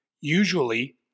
Usually